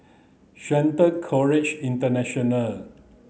Shelton College International